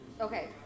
okay